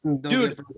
Dude